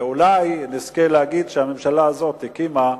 ואולי נזכה להגיד שהממשלה הזאת הקימה,